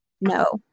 no